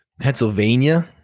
Pennsylvania